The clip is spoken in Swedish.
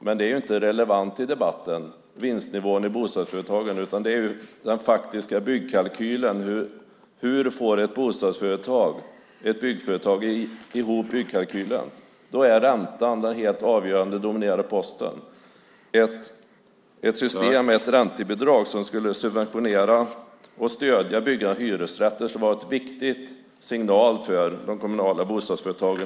Men vinstnivån i bostadsföretagen är inte relevant i debatten, utan det är den faktiska byggkalkylen. Hur får ett byggföretag ihop byggkalkylen? Räntan är den helt avgörande och dominerande posten. Ett system med ett räntebidrag som skulle subventionera och stödja byggandet av hyresrätter skulle vara en viktig signal till de kommunala bostadsföretagen.